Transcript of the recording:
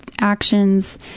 actions